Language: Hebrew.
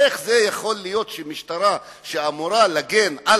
איך זה יכול להיות שמשטרה שאמורה להגן על